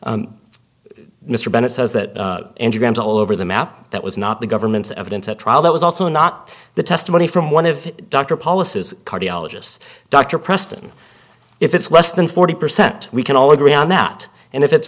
mr bennett says that graham's all over the map that was not the government's evidence at trial that was also not the testimony from one of dr policies cardiologists dr preston if it's less than forty percent we can all agree on that and if it's